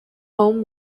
home